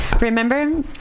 Remember